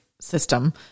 system